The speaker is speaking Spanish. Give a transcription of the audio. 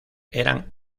eran